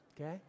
Okay